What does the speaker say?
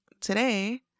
today